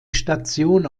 station